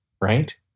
right